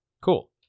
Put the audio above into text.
Cool